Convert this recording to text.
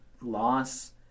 loss